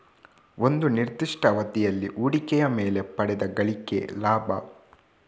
ಒಂದು ನಿರ್ದಿಷ್ಟ ಅವಧಿಯಲ್ಲಿ ಹೂಡಿಕೆಯ ಮೇಲೆ ಪಡೆದ ಗಳಿಕೆ ಲಾಭ